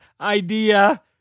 idea